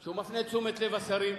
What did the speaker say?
שהוא מפנה את תשומת לב השרים,